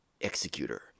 Executor